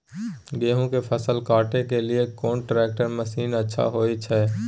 गेहूं के फसल काटे के लिए कोन ट्रैक्टर मसीन अच्छा होय छै?